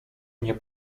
nie